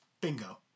Bingo